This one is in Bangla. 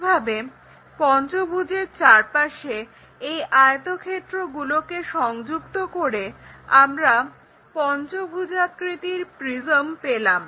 একইভাবে পঞ্চভুজের চারপাশে এই আয়তক্ষেত্রগুলোকে সংযুক্ত করে আমরা পঞ্চভুজাকৃতির প্রিজম পেলাম